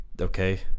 okay